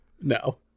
No